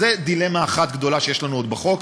אז זו דילמה אחת גדולה שיש לנו עוד בחוק.